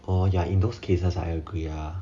oh ya in those cases I agree ah